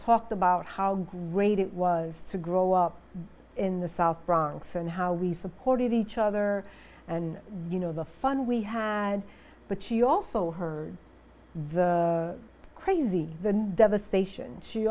talked about how great it was to grow up in the south bronx and how we supported each other and you know the fun we had but she also heard the crazy the devastation she